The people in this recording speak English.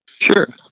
Sure